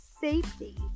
safety